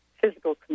physical